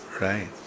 right